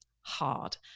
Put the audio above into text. hard